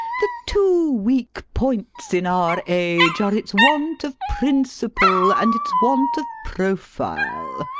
the two weak points in our age are its want of principle and its want of profile.